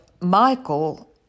Michael